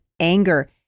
anger